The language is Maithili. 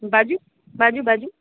बाजू बाजू बाजू